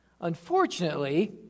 Unfortunately